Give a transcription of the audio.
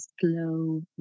slow